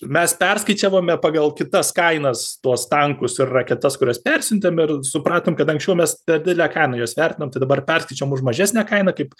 mes perskaičiavome pagal kitas kainas tuos tankus ir raketas kurias persiuntėm ir supratom kad anksčiau mes per didele kaina juos vertinom tai dabar perskaičiavom už mažesnę kainą kaip